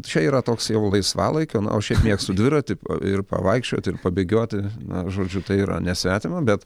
čia yra toks jau laisvalaikio na o šiaip mėgstu dviratį ir pavaikščiot ir pabėgioti na žodžiu tai yra nesvetima bet